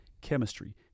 chemistry